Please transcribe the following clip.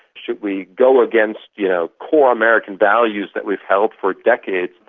should we go against you know core american values that we've held for decades?